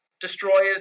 destroyers